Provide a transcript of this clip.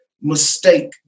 mistake